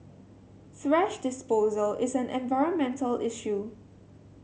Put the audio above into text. thrash disposal is an environmental issue